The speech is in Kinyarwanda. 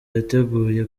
yiteguye